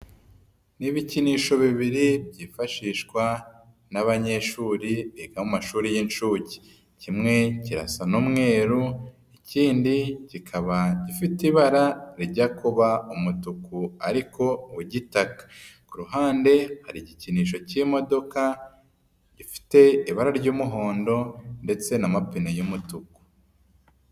Ni ibikinisho bibiri byifashishwa n'abanyeshuri biga amashuri y'inshuke. Kimwe kirasa n'umweru, ikindi kiba ifite ibara rijya kuba umutuku ariko w'igitaka. Ku ruhande hari igikinisho k'imodoka ifite ibara ry'umuhondo ndetse n'amapine y'umutuku.